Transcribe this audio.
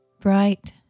bright